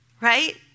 right